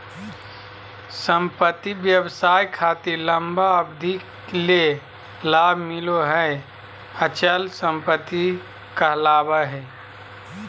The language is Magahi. संपत्ति व्यवसाय खातिर लंबा अवधि ले लाभ मिलो हय अचल संपत्ति कहलावय हय